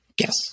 Yes